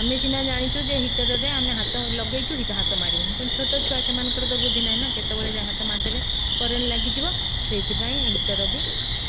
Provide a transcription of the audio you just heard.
ଆମେ ସିନା ଜାଣିଛୁ ଯେ ହିଟର୍ରେ ଆମେ ହାତ ଲଗେଇଛୁ ହାତ ମାରିବୁନି କିନ୍ତୁ ଛୋଟ ଛୁଆ ସେମାନଙ୍କର ତ ବୁଦ୍ଧି ନାହିଁ ନା କେତେବେଳେ ହାତ ମାରିଦେବେ କରେଣ୍ଟ୍ ଲାଗିଯିବ ସେଇଥିପାଇଁ ହିଟର୍ ବି